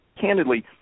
candidly